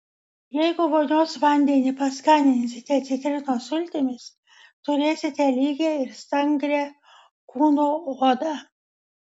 jeigu vonios vandenį paskaninsite citrinos sultimis turėsite lygią ir stangrią kūno odą